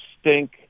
stink